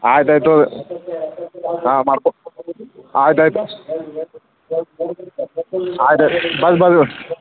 ಆಯ್ತು ಆಯಿತು ಹಾಂ ಮಾಡ್ಕೋ ಆಯ್ತು ಆಯ್ತು ಆಯ್ತು ಆಯ್ತು ಬರ್ರಿ ಬರ್ರಿ ನೀವು